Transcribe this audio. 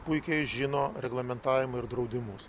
puikiai žino reglamentavimą ir draudimus